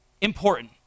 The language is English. important